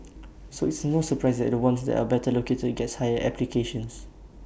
so it's no surprise the ones that are better located gets higher applications